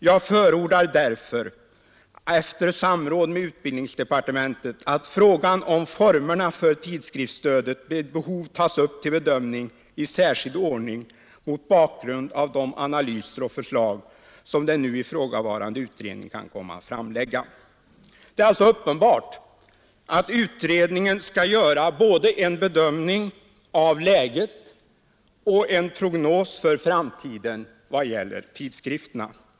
”Jag förordar därför — efter samråd med utbildningsdepartementet — att frågan om formerna för tidskriftstödet vid behov tas upp till bedömning i särskild ordning mot bakgrund av de analyser och förslag som den nu ifrågavarande utredningen kan komma att framlägga.” Det är alltså uppenbart att utredningen skall göra både en bedömning av läget och en prognos för framtiden i vad gäller tidskrifterna.